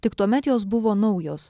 tik tuomet jos buvo naujos